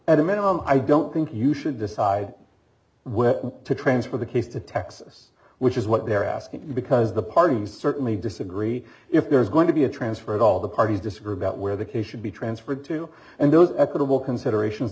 at a minimum i don't think you should decide whether to transfer the case to texas which is what they're asking because the parties certainly disagree if there's going to be a transfer of all the parties disagree about where the case should be transferred to and those equitable considerations